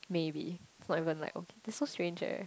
maybe not even like oh that's so strange eh